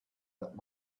that